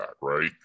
right